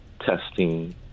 testing